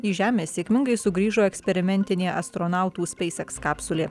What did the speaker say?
į žemę sėkmingai sugrįžo eksperimentinė astronautų speis eks kapsulė